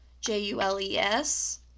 J-U-L-E-S